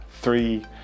three